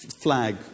flag